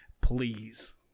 please